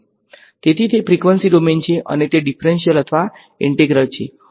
તેથી તે frequency domain છે અને તે ડીફરંશીયલ અથવા ઈંટ્રેગ્રલ છે